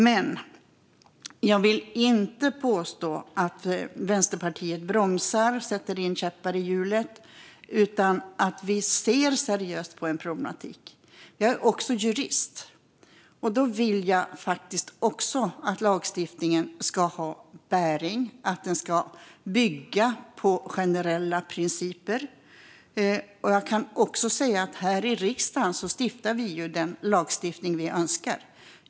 Jag vill dock inte påstå att Vänsterpartiet bromsar eller sätter käppar i hjulet. Vi ser seriöst på en problematik. Jag är också jurist, och jag vill att lagstiftningen ska ha bäring och att den ska bygga på generella principer. Här i riksdagen stiftar vi den lagstiftning vi önskar ha.